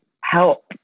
help